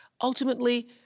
ultimately